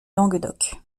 languedoc